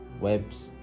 Webs